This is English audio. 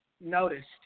noticed